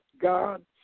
God